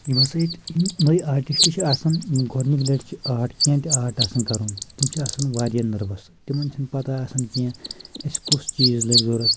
یِم ہَسا ییٚتہِ نیےٕ آٹِسٹہٕ چھِ آسان یِمَن گۄڈنِکۍ لَٹہِ چھِ آٹ کینٛہہ تہِ آٹ آسان کرُن تِم چھِ آسن واریاہ نٔروَس تِمَن چھَ نہٕ پَتہ آسان کینٛہہ اَسہِ کُس چیٖز لگہِ ضوٚرَتھ